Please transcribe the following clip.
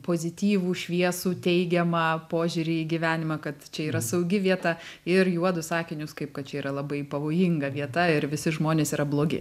pozityvų šviesų teigiamą požiūrį į gyvenimą kad čia yra saugi vieta ir juodus akinius kaip kad čia yra labai pavojinga vieta ir visi žmonės yra blogi